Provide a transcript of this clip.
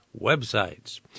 websites